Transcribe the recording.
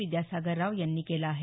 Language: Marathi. विद्यासागर राव यांनी केलं आहे